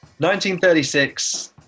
1936